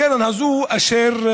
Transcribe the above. הקרן הזו הוקמה